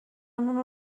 اونو